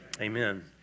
amen